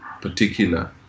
particular